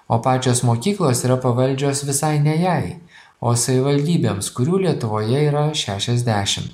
o pačios mokyklos yra pavaldžios visai ne jai o savivaldybėms kurių lietuvoje yra šešiasdešim